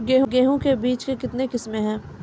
गेहूँ के बीज के कितने किसमें है?